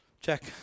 Check